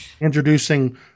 introducing